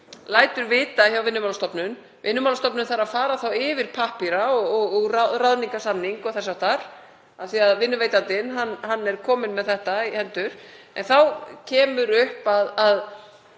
lætur vita hjá Vinnumálastofnun, Vinnumálastofnun þarf þá að fara yfir pappíra og ráðningarsamning og þess háttar af því vinnuveitandinn er kominn með þetta í hendur. En þá kemur upp að